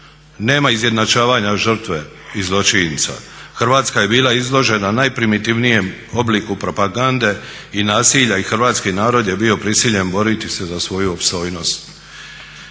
Nema izjednačavanja žrtve i zločinca. Hrvatska je bila izložena najprimitivnijem obliku propagande i nasilja i hrvatski narod je bio prisiljen boriti se za svoju opstojnost.